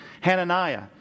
Hananiah